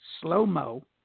slow-mo